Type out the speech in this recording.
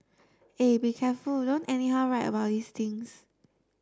eh be careful don't anyhow write about these things